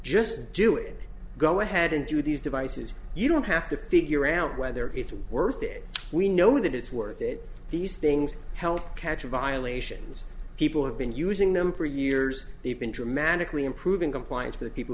didn't do it go ahead and do these devices you don't have to figure out whether it's worth it we know that it's work that these things help catch violations people have been using them for years they've been dramatically improving compliance for the people